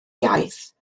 iaith